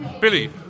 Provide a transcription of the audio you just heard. Billy